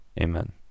Amen